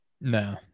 No